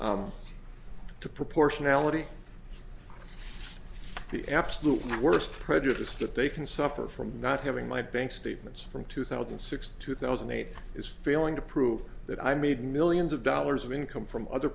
to proportionality the absolute worst prejudice that they can suffer from not having my bank statements from two thousand and six two thousand and eight is failing to prove that i made millions of dollars of income from other